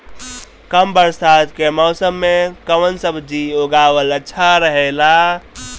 कम बरसात के मौसम में कउन सब्जी उगावल अच्छा रहेला?